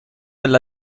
alla